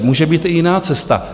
Může být i jiná cesta.